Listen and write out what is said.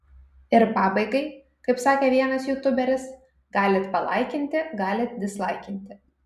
ir pabaigai kaip sakė vienas jutuberis galit palaikinti galit dislaikinti